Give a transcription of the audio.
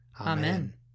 Amen